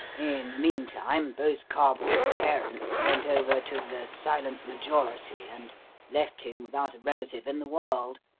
in the meantime both carboys' parents went over to the silent majority, and left him without a relative in the world,